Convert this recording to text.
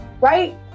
right